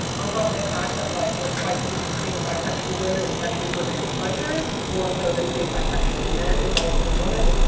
on top of the fact that like we're quite used to seeing bisexual women, especially for male pleasure, more so than seeing bisexual men involved with a woman.